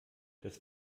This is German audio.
das